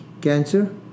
cancer